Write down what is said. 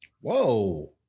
Whoa